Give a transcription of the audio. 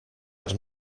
add